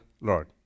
Lord